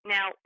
Now